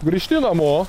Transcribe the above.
grįžti namo